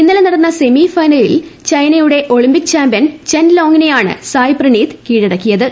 ഇന്നലെ നടന്ന സെമിഫൈനലിൽ ചൈനയുടെ ഒളിമ്പിക് ചാമ്പ്യൻ ചെൻ ലോങ്ങിനെയാണ് സായ് പ്രണീത് കീഴടക്കിയത്